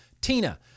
tina